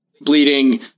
bleeding